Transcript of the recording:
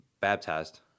baptized